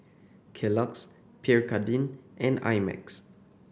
Kellogg's Pierre Cardin and I Max